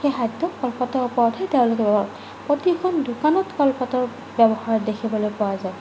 সেই খাদ্য কলপাতৰ ওপৰতহে প্ৰতিখন দোকানত কলপাতৰ ব্যৱহাৰ দেখিবলৈ পোৱা যায়